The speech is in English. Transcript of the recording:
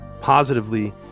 positively